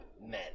Men